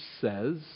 says